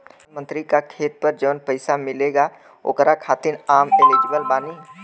प्रधानमंत्री का खेत पर जवन पैसा मिलेगा ओकरा खातिन आम एलिजिबल बानी?